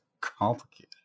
complicated